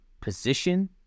position